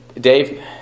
Dave